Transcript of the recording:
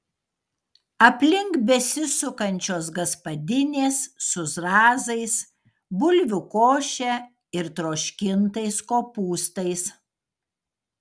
aplink besisukančios gaspadinės su zrazais bulvių koše ir troškintais kopūstais